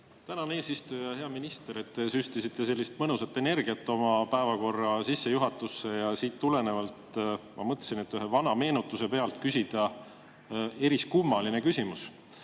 Tänan, eesistuja! Hea minister! Te süstisite sellist mõnusat energiat oma [ettekande] sissejuhatusse ja sellest tulenevalt ma mõtlesin ühe vana meenutuse peale küsida eriskummalise küsimuse.